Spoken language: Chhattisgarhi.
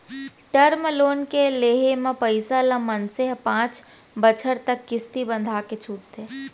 टर्म लोन के लेहे म पइसा ल मनसे ह पांच बछर तक किस्ती बंधाके छूटथे